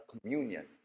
communion